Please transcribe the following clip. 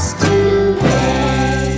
today